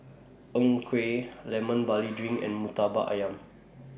Png Kueh Lemon Barley Drink and Murtabak Ayam